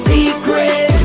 Secret